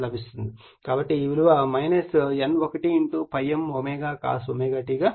కాబట్టి ఈ విలువ N1 ∅m cos t గా వ్రాయవచ్చు